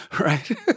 right